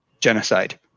genocide